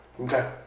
Okay